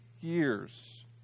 years